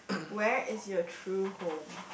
where is your true home